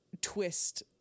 twist